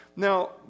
Now